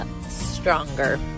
stronger